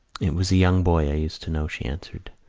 it was a young boy i used to know, she answered,